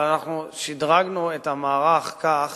אבל אנחנו שדרגנו את המערך כך